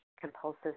compulsive